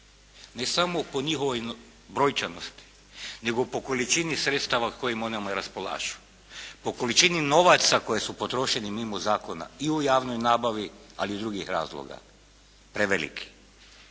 ne samo po njihovoj brojčanosti, nego po količini sredstava kojima onamo i raspolažu, po količini novaca koji su potrošeni mimo zakona i u javnoj nabavi, ali i u drugih razloga preveliki,